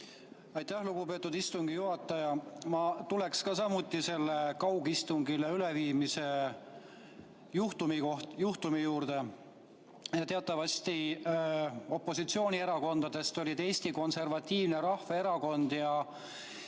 Aitäh, lugupeetud istungi juhataja! Ma tuleksin samuti selle kaugistungile üleminemise juhtumi juurde. Teatavasti opositsioonierakondadest olid Eesti Konservatiivne Rahvaerakond ja